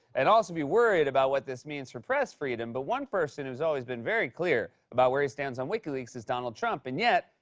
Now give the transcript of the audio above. and also be worried about what this means for press freedom. but one person who's always been very clear about where he stands on wikileaks is donald trump. and yet,